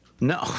No